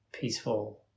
peaceful